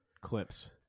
clips